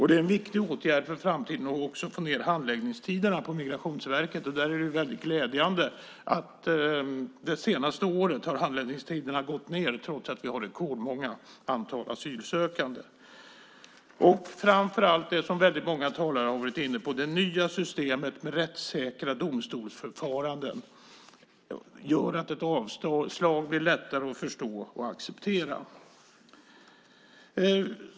Det är en viktig åtgärd för framtiden att också få ned handläggningstiderna på Migrationsverket, och det är väldigt glädjande att handläggningstiderna det senaste året har gått ned, trots att vi har rekordmånga asylsökande. Framför allt handlar det om det som väldigt många talare har varit inne på: det nya systemet med rättssäkra domstolsförfaranden som gör att ett avslag blir lättare att förstå och acceptera.